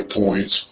points